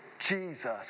Jesus